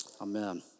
Amen